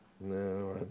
No